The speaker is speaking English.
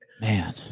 man